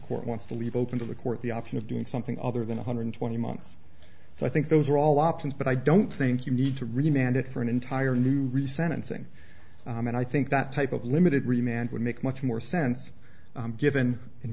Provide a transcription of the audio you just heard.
court wants to leave open to the court the option of doing something other than one hundred twenty months so i think those are all options but i don't think you need to really manage for an entire new resign and sing and i think that type of limited remand would make much more sense given in